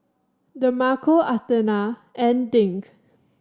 Demarco Athena and Dink